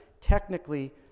technically